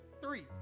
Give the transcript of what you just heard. three